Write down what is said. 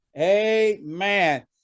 Amen